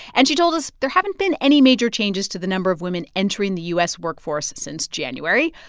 and she told us there haven't been any major changes to the number of women entering the u s. workforce since january.